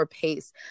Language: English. PACE